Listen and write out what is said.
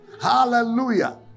Hallelujah